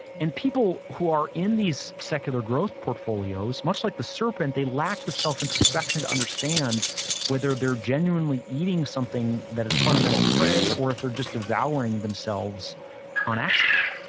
and people who are in these secular growth portfolios, much like the serpent, they lack the self-introspection to understand whether they're genuinely eating something that is fundamental prey or if they're just devouring themselves on accident.